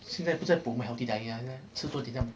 现在不在 promote healthy diet 吃多点像